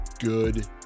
good